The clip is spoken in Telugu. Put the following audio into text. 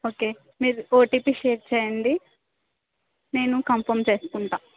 ఓకే మీరు ఒటిపి షేర్ చెయ్యండి నేను కంఫర్మ్ చేసుకుంటాను